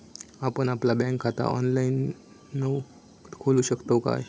आपण आपला बँक खाता ऑनलाइनव खोलू शकतव काय?